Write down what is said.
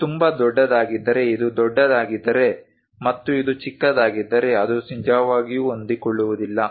ಇದು ತುಂಬಾ ದೊಡ್ಡದಾಗಿದ್ದರೆ ಇದು ದೊಡ್ಡದಾಗಿದ್ದರೆ ಮತ್ತು ಇದು ಚಿಕ್ಕದಾಗಿದ್ದರೆ ಅದು ನಿಜವಾಗಿಯೂ ಹೊಂದಿಕೊಳ್ಳುವುದಿಲ್ಲ